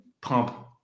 pump